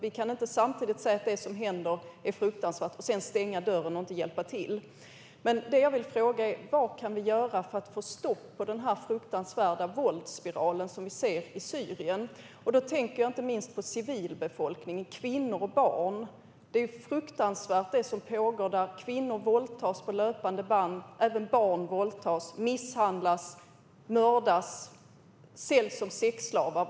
Vi kan inte samtidigt säga att det som händer är fruktansvärt och sedan stänga dörren och inte hjälpa till. Vad kan vi göra för att få stopp på den fruktansvärda våldsspiralen som vi ser i Syrien? Jag tänker inte minst på civilbefolkningen - kvinnor och barn. Det som pågår där är fruktansvärt. Kvinnor våldtas på löpande band. Även barn våldtas, misshandlas, mördas och säljs som sexslavar.